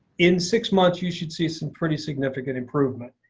in six months you should see some pretty significant improvement.